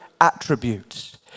attributes